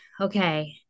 okay